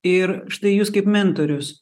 ir štai jūs kaip mentorius